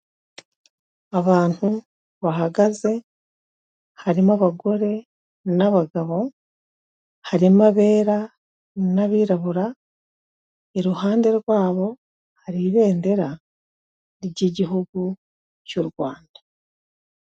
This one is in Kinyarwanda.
Abantu bahagaze, harimo abagore n'abagabo harimo abera n'abirabura, iruhande rwabo hari ibendera ry'igihugu cy'u Rwanda.